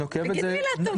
מי את גברתי?